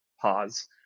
pause